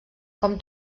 com